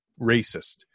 racist